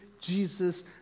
Jesus